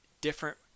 different